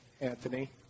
Anthony